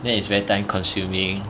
then it's very time-consuming